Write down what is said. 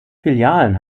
filialen